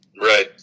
right